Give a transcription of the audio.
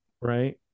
Right